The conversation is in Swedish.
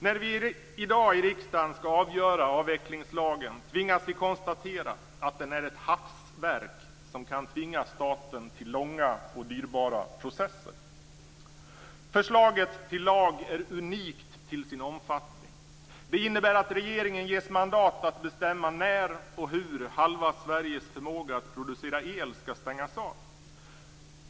När vi i dag i riksdagen skall avgöra avvecklingslagen tvingas vi konstatera att den är ett hafsverk, som kan tvinga staten till långa och dyrbara processer. Förslaget till lag är unikt till sin omfattning. Det innebär att regeringen ges mandat att bestämma när och hur halva Sveriges förmåga att producera el skall stängas av.